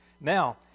Now